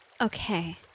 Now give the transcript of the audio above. Okay